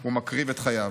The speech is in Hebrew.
הוא מקריב את חייו.